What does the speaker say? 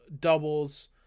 doubles